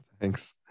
Thanks